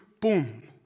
boom